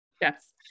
Yes